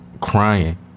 Crying